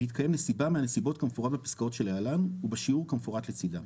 בהתקיים נסיבה מהנסיבות כמפורט בפסקאות שלהלן ובשיעור כמפורט לצדה: